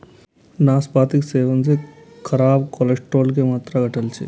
नाशपातीक सेवन सं खराब कोलेस्ट्रॉल के मात्रा घटै छै